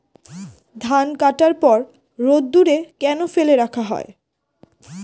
ধান কাটার পর রোদ্দুরে কেন ফেলে রাখা হয়?